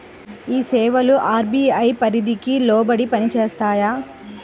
ఈ సేవలు అర్.బీ.ఐ పరిధికి లోబడి పని చేస్తాయా?